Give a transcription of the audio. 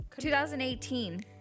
2018